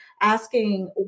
asking